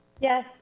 Yes